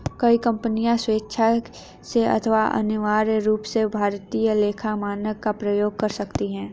कोई कंपनी स्वेक्षा से अथवा अनिवार्य रूप से भारतीय लेखा मानक का प्रयोग कर सकती है